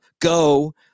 go